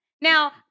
now